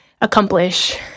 accomplish